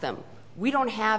them we don't have